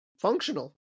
functional